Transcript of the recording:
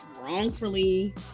wrongfully